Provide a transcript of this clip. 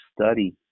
study